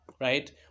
Right